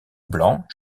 blanc